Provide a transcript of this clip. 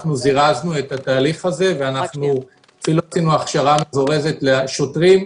אנחנו זירזנו את התהליך הזה ואפילו עשינו הכשרה מזורזת לשוטרים,